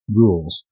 rules